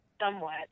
somewhat